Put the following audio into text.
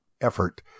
effort